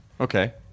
Okay